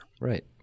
Right